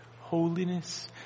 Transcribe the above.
holiness